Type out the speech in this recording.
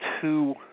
two